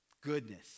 Goodness